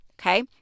Okay